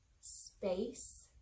space